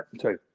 Sorry